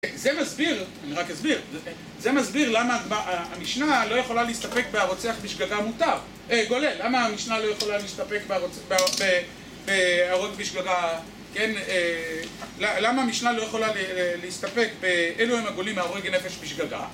זה מסביר, אני רק אסביר, למה המשנה לא יכולה להסתפק בהרוצח בשגגה מותר גולל. מה המשנה לא יכולה להסתפק בההורג נפש בשגגה כן, למה המשנה לא יכולה להסתפק באל הם הגולים מההורג נפש בשגגה